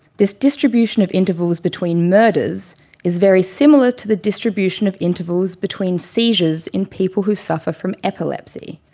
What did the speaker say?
this distribution of intervals between murders is very similar to the distribution of intervals between seizures in people who suffer from epilepsy.